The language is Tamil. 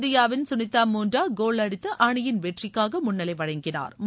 இந்தியாவின் சுனிதா மூன்டா கோல் அடித்து அணியின் வெற்றிக்காக முன்னிலை வழங்கினாா்